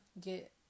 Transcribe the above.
get